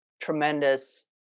tremendous